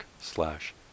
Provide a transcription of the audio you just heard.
slash